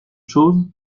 chose